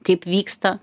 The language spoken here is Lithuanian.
kaip vyksta